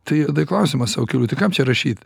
tai ir tai klausimą sau keliu tai kam čia rašyt